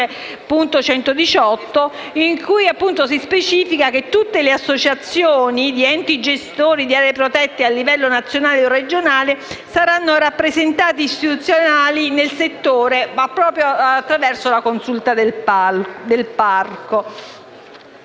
il 5.118, con il quale si specifica che tutte le associazioni di enti gestori di aree protette a livello nazionale o regionale saranno rappresentanti istituzionali del settore, proprio attraverso la consulta del parco.